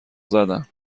زدن